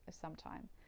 sometime